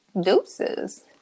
deuces